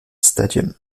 stadium